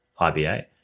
IBA